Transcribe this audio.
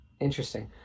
Interesting